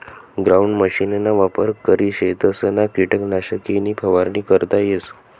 ground मशीनना वापर करी शेतसमा किटकनाशके नी फवारणी करता येस